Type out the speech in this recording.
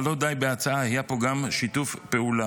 אבל לא די בהצעה, היה פה גם שיתוף פעולה.